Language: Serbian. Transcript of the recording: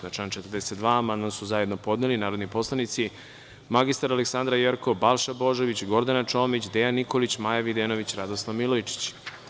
Na član 42. amandman su zajedno podneli narodni poslanici mr Aleksandra Jerkov, Balša Božović, Gordana Čomić, Dejan Nikolić, Maja Videnović i Radoslav Milojičić.